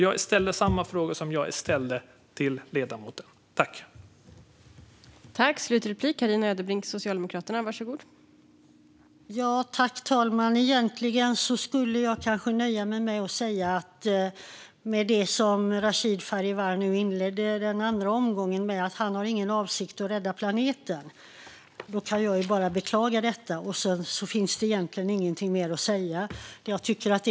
Jag ställer samma fråga som jag ställde till ledamoten tidigare.